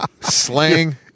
slang